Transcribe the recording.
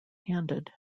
handed